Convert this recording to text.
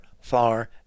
far